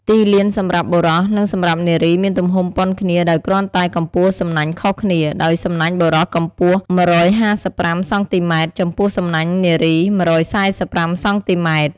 ទីលានសម្រាប់បុរស និង សម្រាប់នារីមានទំហំប៉ុនគ្នាដោយគ្រាន់តែកំពស់សំណាញ់ខុសគ្នា ដោយសំណាញ់បុរសកំពស់ ១៥៥ សង់ទីម៉ែត្រ ចំពោះសំណាញ់នារី ១៤៥ សង់ទីម៉ែត្រ ។